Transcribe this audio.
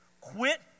Quit